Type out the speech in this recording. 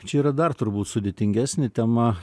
čia yra dar turbūt sudėtingesnė tema